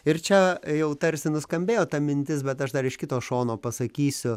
ir čia jau tarsi nuskambėjo ta mintis bet aš dar iš kito šono pasakysiu